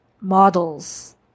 models